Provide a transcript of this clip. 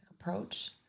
approach